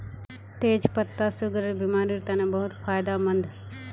तेच पत्ता सुगरेर बिमारिर तने बहुत फायदामंद